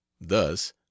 thus